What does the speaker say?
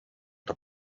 the